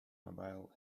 mobile